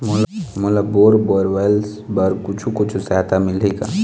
मोला bore borewells बर कुछू कछु सहायता मिलही का?